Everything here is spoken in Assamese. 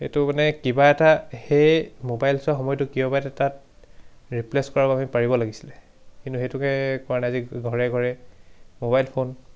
এইটো মানে কিবা এটা সেই মোবাইল চোৱা সময়টো কিবা এটা তাত ৰিপ্লেচ কৰাব আমি পাৰিব লাগিছিলে কিন্তু সেইটোকে পৰা নাই আজি ঘৰে ঘৰে মোবাইল ফোন